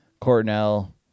Cornell